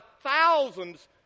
thousands